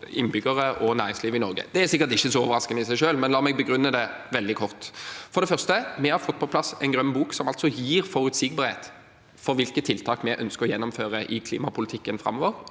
innbyggere og næringsliv i Norge. Det er sikkert ikke så overraskende i seg selv, men la meg begrunne det veldig kort. For det første: Vi har fått på plass Grønn bok, som altså gir forutsigbarhet for hvilke tiltak vi ønsker å gjennomføre i klimapolitikken framover,